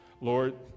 lord